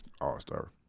All-Star